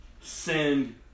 send